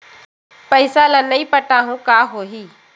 पईसा ल नई पटाहूँ का होही?